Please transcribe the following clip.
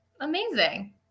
Amazing